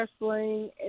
wrestling